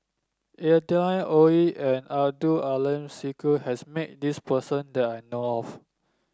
Adeline Ooi and Abdul Aleem Siddique has met this person that I know of